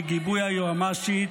בגיבוי היועמ"שית,